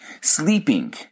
sleeping